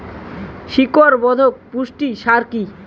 শিকড় বর্ধক পুষ্টি সার কি?